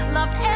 Loved